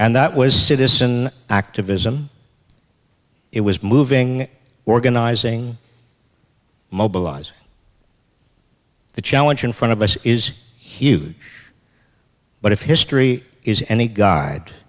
and that was citizen activism it was moving organizing mobilize the challenge in front of us is huge but if history is any g